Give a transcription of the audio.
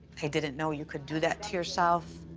i didn't know you could do that to yourself.